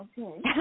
Okay